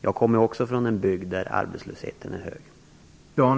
Jag kommer också från en bygd där arbetslösheten är hög.